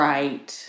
Right